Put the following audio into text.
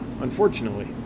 unfortunately